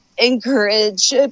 encourage